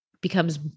becomes